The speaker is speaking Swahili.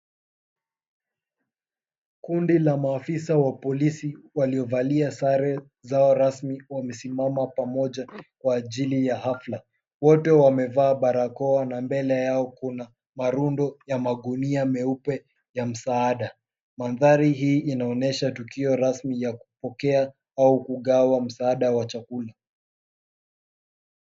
Kundi la maafisa wa polisi waliovalia sare zao rasmi, wamesimama pamoja kwa ajili ya hafla. Wote wamevaa barakoa na mbele yao kuna marundo ya magunia meupe ya msaada. Mandhari hii inaonesha tukio rasmi ya kupokea au kugawa msaada wa chakula.